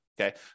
Okay